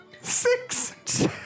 Six